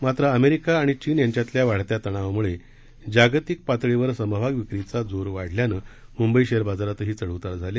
मात्र अमेरिका आणि चीन यांच्यातल्या वाढत्या तणावाम्ळे जागतिक पातळीवर समभाग विक्रीचा जोर वाढल्यांन मुंबई सेअर बाजारातही चढ उतार झाले